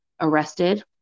arrested